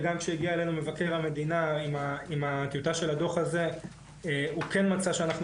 וגם שהגיע אלינו מבקר המדינה עם הטיוטה של הדוח הזה הוא כן מצב שאנחנו